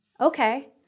okay